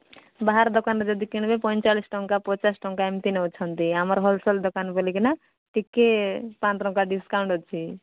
ବାହାର ଦୋକାନରେ ଯଦି କିଣିବେ ପଇଁଚାଳିଶି ଟଙ୍କା ପଚାଶ ଟଙ୍କା ଏମିତି ନେଉଛନ୍ତି ଆମର ହୋଲସେଲ୍ ଦୋକାନ ବୋଲି କିନା ଟିକେ ପାଞ୍ଚ ଟଙ୍କା ଡିସ୍କାଉଣ୍ଟ୍ ଅଛି